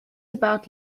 about